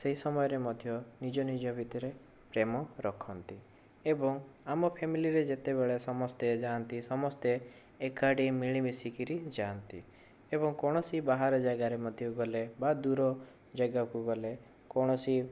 ସେହି ସମୟରେ ମଧ୍ୟ ନିଜ ନିଜ ଭିତରେ ପ୍ରେମ ରଖନ୍ତି ଏବଂ ଆମ ଫ୍ୟାମିଲିରେ ଯେତେବେଳେ ସମସ୍ତେ ଯାଆନ୍ତି ସମସ୍ତେ ଏକାଠି ମିଳି ମିଶିକିରି ଯାଆନ୍ତି ଏବଂ କୌଣସି ବାହାର ଜାଗାରେ ମଧ୍ୟ ଗଲେ ବା ଦୁର ଜାଗାକୁ ଗଲେ କୌଣସି